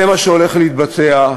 זה מה שהולך להתבצע,